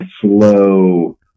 slow